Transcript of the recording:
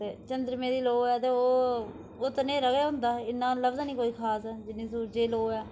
ते चंद्रमें दी लोऽ ऐ ते ओह् ते न्हेरा गै होंदा इन्ना लभदा नी कोई खास जिन्नी सूरजै दी लोऽ ऐ